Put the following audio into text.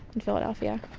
in philadelphia